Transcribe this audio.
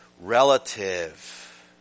relative